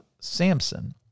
Samson